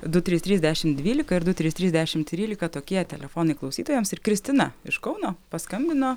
du trys trys dešim dvylika ir du trys trys trisdešim trylika tokie telefonai klausytojams ir kristina iš kauno paskambino